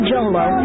Jolo